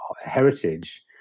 heritage